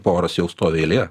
poros jau stovi eilėje